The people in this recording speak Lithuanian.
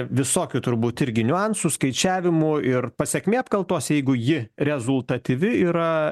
visokių turbūt irgi niuansų skaičiavimų ir pasekmė apkaltos jeigu ji rezultatyvi yra